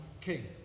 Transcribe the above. king